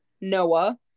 Noah